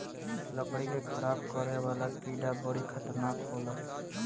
लकड़ी के खराब करे वाला कीड़ा बड़ी खतरनाक होला